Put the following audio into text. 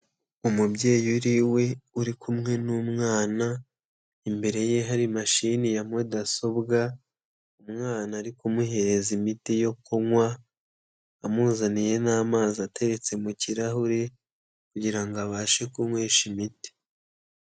Umubyeyi uri iwe uri kumwe n'umwana, imbere ye hari mashini ya mudasobwa, umwana ari kumuhereza imiti yo kunywa, amuzaniye n'amazi ateretse mu kirahuri kugira ngo abashe kunywesha imiti.